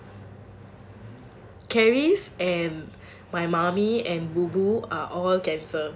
claris and my mummy and bubu are all cancer